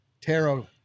tarot